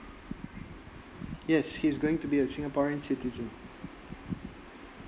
yes he is going to be a singaporean citizen